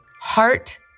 heart